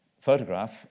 photograph